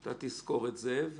אתה תזכור את זה,